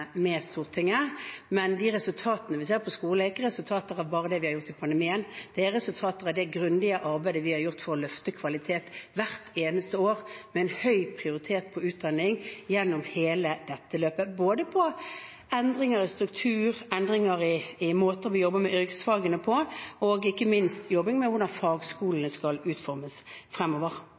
men de resultatene vi ser på skole, er ikke resultater av bare det vi har gjort under pandemien. Det er resultater av det grundige arbeidet vi har gjort for å løfte kvalitet hvert eneste år, med en høy prioritet på utdanning gjennom hele dette løpet, på både endringer i struktur, endringer i måter vi jobber med yrkesfagene på, og ikke minst jobbing med hvordan fagskolene skal utformes fremover.